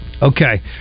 Okay